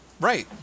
Right